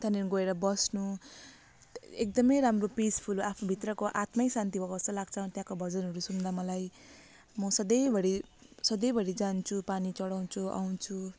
त्यहाँनेर गएर बस्नु एकदमै राम्रो पिसफुल आफू भित्रको आत्मशान्ति भएको जस्तो लाग्छ त्यहाँको भजनहरू सुन्दा मलाई म सधैँभरि सधैँभरि जान्छु पानी चढाउँछु आउँछु